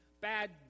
bad